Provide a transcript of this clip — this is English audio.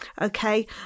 Okay